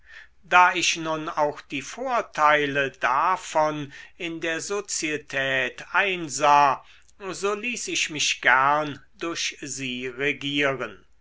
da ich nun auch die vorteile davon in der sozietät einsah so ließ ich mich gern durch sie regieren